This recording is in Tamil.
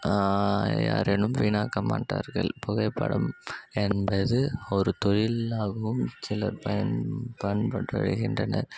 யாரேனும் வீணாக்க மாட்டார்கள் புகைப்படம் என்பது ஒரு தொழிலாகவும் சிலர் பயன் பயன்பெற்று வருகின்றனர்